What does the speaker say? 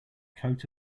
coat